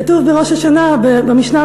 כתוב במשנה,